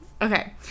okay